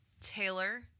Taylor